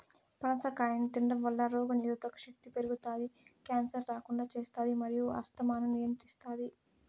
పనస కాయను తినడంవల్ల రోగనిరోధక శక్తి పెరుగుతాది, క్యాన్సర్ రాకుండా చేస్తాది మరియు ఆస్తమాను నియంత్రిస్తాది